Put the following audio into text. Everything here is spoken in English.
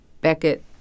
Beckett